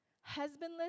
husbandless